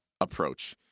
approach